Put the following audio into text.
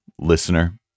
listener